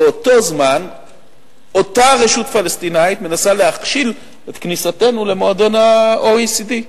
באותו זמן אותה רשות פלסטינית מנסה להכשיל את כניסתנו למועדון ה-OECD?